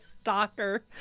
Stalker